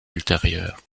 ultérieurs